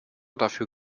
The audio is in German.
dafür